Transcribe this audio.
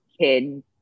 kid